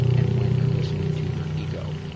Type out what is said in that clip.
and when you're listening to your ego?